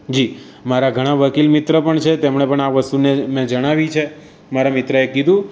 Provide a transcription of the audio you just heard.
જી મારા ઘણા વકીલ મિત્ર પણ છે તેમને તેમણે પણ આ વસ્તુને મેં જણાવી છે મારા મિત્રએ કીધું